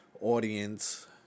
audience